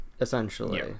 essentially